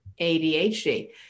ADHD